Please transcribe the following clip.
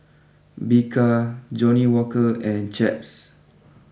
Bika Johnnie Walker and Chaps